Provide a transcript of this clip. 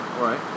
Right